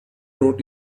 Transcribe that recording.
brought